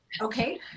okay